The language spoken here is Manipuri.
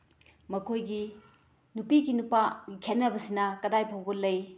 ꯃꯈꯣꯏꯒꯤ ꯅꯨꯄꯤꯒꯤ ꯅꯨꯄꯥ ꯈꯦꯠꯅꯕꯁꯤꯅ ꯀꯗꯥꯏ ꯐꯥꯎꯕ ꯂꯩ